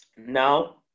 Now